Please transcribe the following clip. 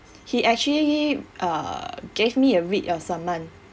he actually uh gave me a writ of summon